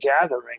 gathering